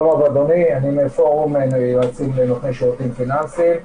אני מפורום יועצים ונותני שירותים פיננסיים.